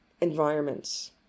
environments